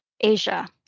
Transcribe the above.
Asia